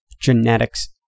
genetics